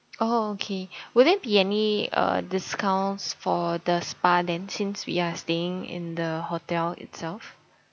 oh okay will there be any uh discounts for the spa then since we are staying in the hotel itself